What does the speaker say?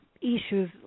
issues